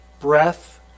breath